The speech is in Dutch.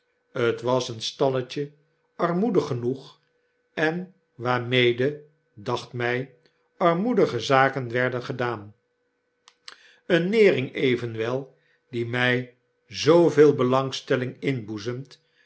t was een stalletje armoedig genoeg en waarmede dacht mij armoedige zaken werden gedaan eene nering evenwel die my zooveel belangstelling